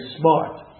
smart